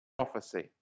Prophecy